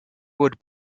wood